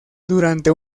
durante